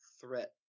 threat